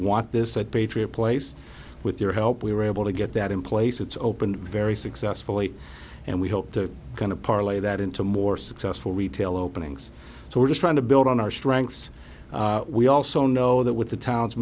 want this at patriot place with your help we were able to get that in place it's opened very successfully and we hope to kind of parlay that into more successful retail openings so we're just trying to build on our strengths we also know that with the town